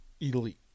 elite